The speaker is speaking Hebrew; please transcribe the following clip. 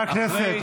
חברי הכנסת.